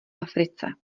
africe